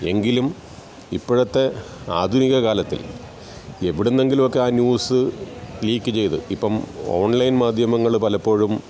എങ്കിലും ഇപ്പോഴത്തെ ആധുനിക കാലത്തിൽ എവിടെ നിന്നെങ്കിലുമൊക്കെ ആ ന്യൂസ് ലീക്ക് ചെയ്ത് ഇപ്പം ഓൺലൈൻ മാധ്യമങ്ങൾ പലപ്പോഴും